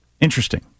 Interesting